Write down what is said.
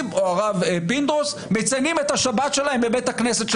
או הרב פינדרוס מציינים את השבת שלהם בבית הכנסת.